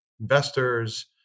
investors